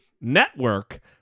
network